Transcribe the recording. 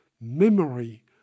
memory